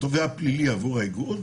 כתובע פלילי עבור האיגוד.